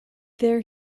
there